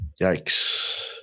Yikes